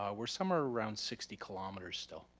we're somewhere around sixty kilometers still.